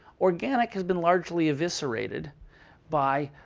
organic has been largely eviscerated by